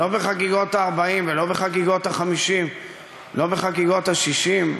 לא בחגיגות ה-40 ולא בחגיגות ה-50 ולא בחגיגות ה-60.